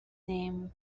name